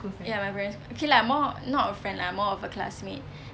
ya my primary school okay lah more not a friend lah more of a classmate